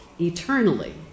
eternally